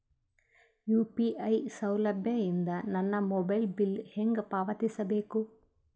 UPI ಸೌಲಭ್ಯ ಇಂದ ನನ್ನ ಮೊಬೈಲ್ ಬಿಲ್ ಹೆಂಗ್ ಪಾವತಿಸ ಬೇಕು?